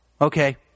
okay